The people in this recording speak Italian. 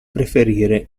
preferire